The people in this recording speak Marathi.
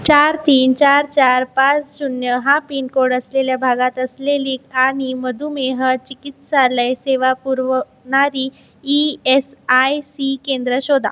चार तीन चार चार पाच शून्य हा पिनकोड असलेल्या भागात असलेली आणि मदुमेह चिकित्सालय सेवा पुरवणारी ई एस आय सी केंद्र शोधा